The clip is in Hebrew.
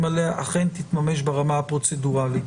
עליה אכן תתממש ברמה הפרוצדורלית.